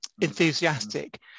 enthusiastic